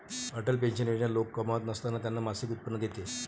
Atal pension योजना लोक कमावत नसताना त्यांना मासिक उत्पन्न देते